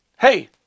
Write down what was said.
hey